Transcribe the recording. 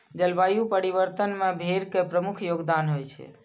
जलवायु परिवर्तन मे भेड़ के प्रमुख योगदान होइ छै